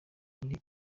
muri